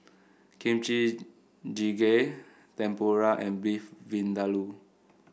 Kimchi Jjigae Tempura and Beef Vindaloo